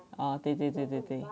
mm 对对对对对